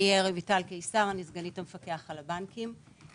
אני רויטל קיסר, אני סגנית המפקח על הבנקים.